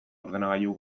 ordenagailu